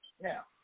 Now